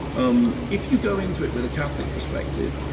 um if you go into it with a catholic perspective,